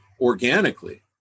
organically